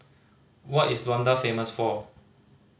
what is Luanda famous for